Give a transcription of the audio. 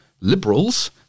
Liberals